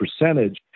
percentage